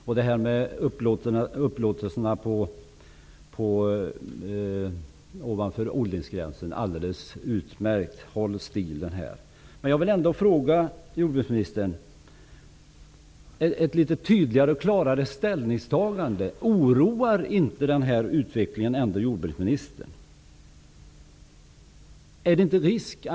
Det jordbruksministern säger om upplåtelser ovanför odlingsgränsen är alldeles utmärkt. Håll stilen! Jag vill fråga jordbruksministern efter ett litet tydligare och klarare ställningstagande. Oroas ändå inte jordbruksministern av den här utvecklingen?